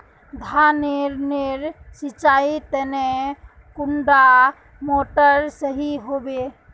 धानेर नेर सिंचाईर तने कुंडा मोटर सही होबे?